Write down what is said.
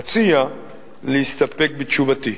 אציע להסתפק בתשובתי.